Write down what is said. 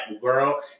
girl